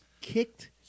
kicked